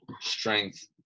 strength